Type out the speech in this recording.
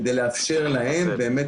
כדי לאפשר להם באמת,